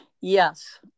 Yes